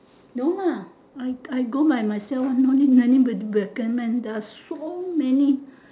no lah I I go by myself one no need anybody recommend there are so many